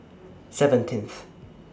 seventeenth